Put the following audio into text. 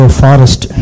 forest